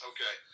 Okay